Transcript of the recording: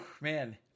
man